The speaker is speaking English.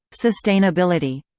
sustainability